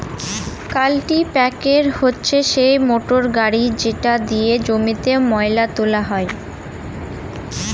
কাল্টিপ্যাকের হচ্ছে সেই মোটর গাড়ি যেটা দিয়ে জমিতে ময়লা তোলা হয়